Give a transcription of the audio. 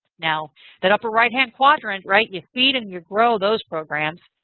now that upper right hand quadrant, right, you see it and you grow those programs.